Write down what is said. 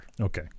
Okay